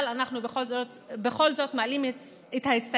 אבל אנחנו בכל זאת מעלים את ההסתייגויות,